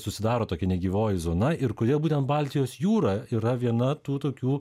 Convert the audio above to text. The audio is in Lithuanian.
susidaro tokia negyvoji zona ir kodėl būtent baltijos jūra yra viena tų tokių